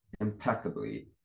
impeccably